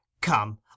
Come